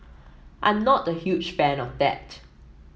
I'm not the huge fan of that